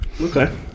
Okay